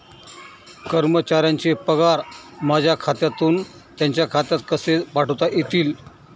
कर्मचाऱ्यांचे पगार माझ्या खात्यातून त्यांच्या खात्यात कसे पाठवता येतील?